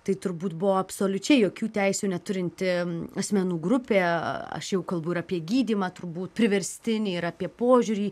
tai turbūt buvo absoliučiai jokių teisių neturinti asmenų grupė aš jau kalbu ir apie gydymą turbūt priverstinį ir apie požiūrį